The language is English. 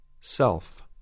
self